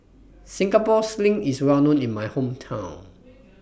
Singapore Sling IS Well known in My Hometown